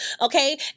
Okay